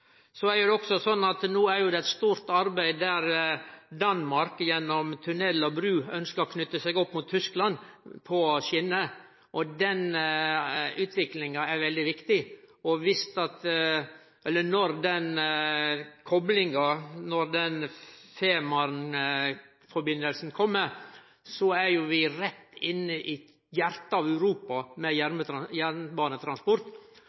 Så er det også sånn at det er eit stort arbeid på gang, der Danmark gjennom tunell og bru ønskjer å knyte seg opp mot Tyskland på skjener, og den utviklinga er veldig viktig. Når den koplinga, Femern-forbindelsen, kjem, er vi rett inne i hjartet av Europa med